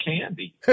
candy